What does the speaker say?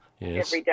Yes